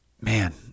Man